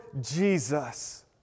Jesus